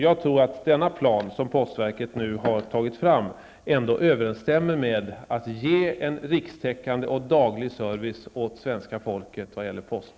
Jag tror att den plan som postverket nu har tagit fram ändå överensstämmer med kravet att ge en rikstäckande och daglig service åt svenska folket när det gäller posten.